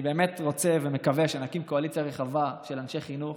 אני באמת רוצה ומקווה שנקים קואליציה רחבה של אנשי חינוך